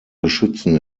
geschützen